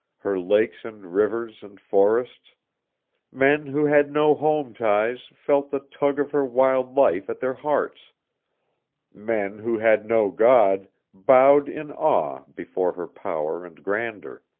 her lakes and rivers and forests men who had no home ties felt the tug of her wild life at their hearts men who had no god bowed in awe before her power and grandeur.